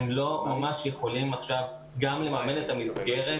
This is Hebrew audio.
הם לא יכולים עכשיו לממן גם את המסגרת.